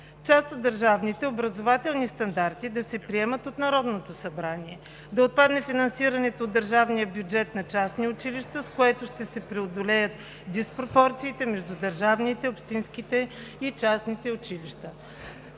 част от Държавните образователни стандарти да се приемат от Народното събрание; - да отпадне финансирането от държавния бюджет на частните училища, с което ще се преодолеят диспропорциите между държавните, общинските и частните училища;